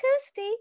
Kirsty